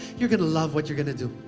you're gonna love what you're gonna do.